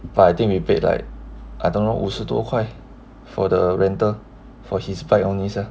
but I think we paid like I don't know 五十多块 for the rental for his bike only sia